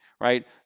right